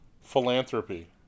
Philanthropy